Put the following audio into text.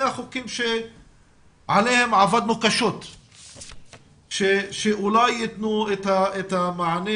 החוקים עליהם עבדנו קשה ואולי הם ייתנו את המענה